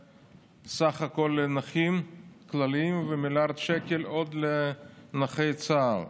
וסך הכול 1.8 מיליארד לנכים כלליים ועוד מיליארד שקל לנכי צה"ל.